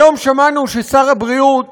היום שמענו, שר הבריאות